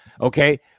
Okay